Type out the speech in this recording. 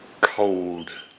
cold